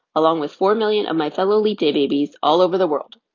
along with four million of my fellow leap day babies all over the world.